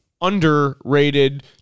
underrated